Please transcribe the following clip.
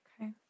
Okay